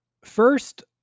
First